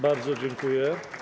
Bardzo dziękuję.